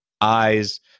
eyes